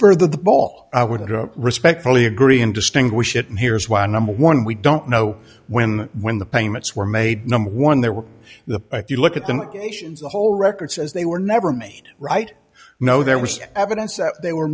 further the ball i wouldn't respectfully agree and distinguish it and here's why number one we don't know when when the payments were made number one there were the if you look at them ations the whole record says they were never me right no there was evidence that they were